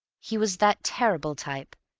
he was that terrible type,